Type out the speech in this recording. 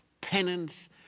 penance